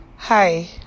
Hi